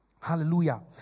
Hallelujah